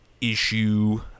issue